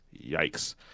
yikes